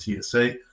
TSA